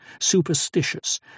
superstitious